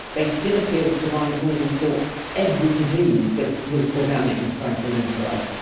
they still appealed to divine causes for every disease that was organic and sprang from inside.